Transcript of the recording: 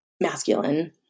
masculine